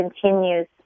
continues